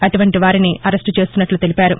అటువంటి వారిని అరెస్టు చేస్తున్నట్లు తెలిపారు